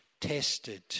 tested